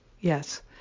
Yes